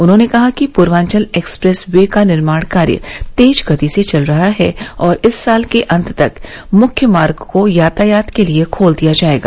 उन्होंने कहा कि पूर्वांचल एक्सप्रेस वे का निर्माण कार्य तेज गति से चल रहा है और इस साल के अंत तक मुख्य मार्ग को यातायात के लिए खोल दिया जाएगा